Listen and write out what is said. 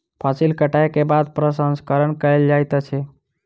फसिल कटै के बाद प्रसंस्करण कयल जाइत अछि